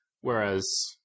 whereas